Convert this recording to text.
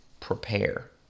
Prepare